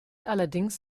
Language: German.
allerdings